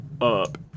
Up